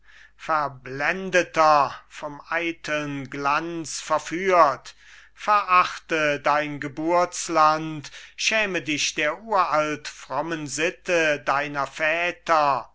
verblendeter vom eiteln glanz verführt verachte dein geburtsland schäme dich der uralt frommen sitte deiner väter